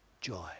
joy